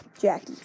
Jackie